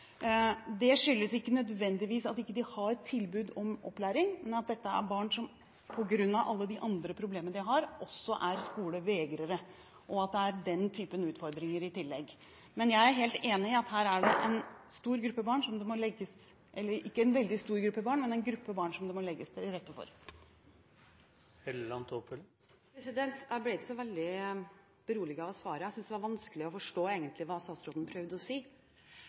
Det skyldes ikke nødvendigvis at de ikke har tilbud om opplæring, men at dette er barn som på grunn av alle de andre problemene de har, også er skolevegrere. Det er altså den typen utfordringer i tillegg. Men jeg er helt enig i at her er det en gruppe barn som det må legges til rette for. Jeg ble ikke så veldig beroliget av svaret. Jeg syntes egentlig det var vanskelig å forstå hva statsråden prøvde å si. I 2011 sto statsråden her i Stortinget og redegjorde for at flere tiltak var